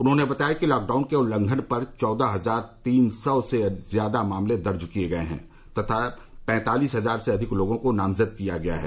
उन्होंने बताया कि लॉकडाउन के उल्लंघन पर चौदह हजार तीन सौ से ज्यादा मामले दर्ज किये गये हैं तथा पैंतालीस हजार से अधिक लोगों को नामजद किया गया है